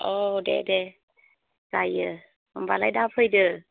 औ दे दे जायो होमबालाय दा फैदो